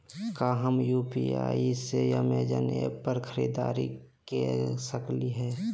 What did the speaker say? का हम यू.पी.आई से अमेजन ऐप पर खरीदारी के सकली हई?